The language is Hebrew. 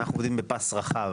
אנו עובדים בפס רחב,